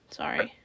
sorry